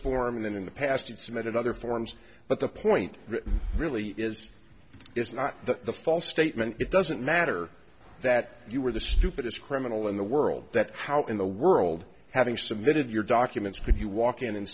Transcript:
form then in the past and submitted other forms but the point really is it's not the false statement it doesn't matter that you were the stupidest criminal in the world that how in the world having submitted your documents could you walk in and